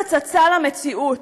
קצת הצצה למציאות,